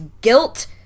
guilt